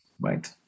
right